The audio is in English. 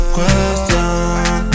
Question